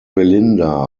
belinda